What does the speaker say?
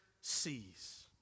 sees